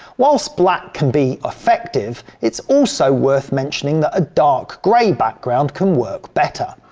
whilst black can be effective it's also worth mentioning that a dark grey background can work better.